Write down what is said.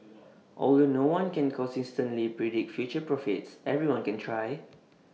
although no one can consistently predict future profits everyone can try